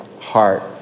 heart